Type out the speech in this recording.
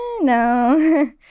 no